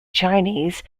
chinese